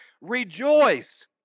Rejoice